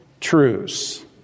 truths